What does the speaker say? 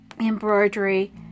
embroidery